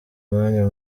umwanya